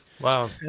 Wow